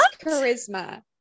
charisma